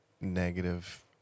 negative